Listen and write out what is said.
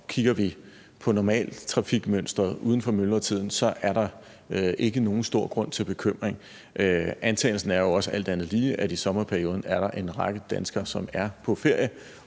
kigger vi på normaltrafikmønsteret uden for myldretiden, er der ikke nogen stor grund til bekymring. Antagelsen er jo også, at der alt andet lige i sommerperioden er en række danskere, som er på ferie